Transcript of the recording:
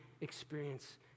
experience